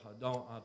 dans